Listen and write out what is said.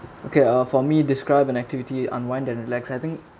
okay uh for me describe an activity unwind and relax I think